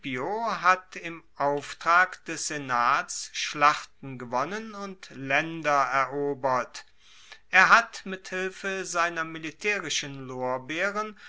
hat im auftrag des senats schlachten gewonnen und laender eroberter hat mit hilfe seiner militaerischen lorbeeren